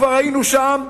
כבר היינו שם,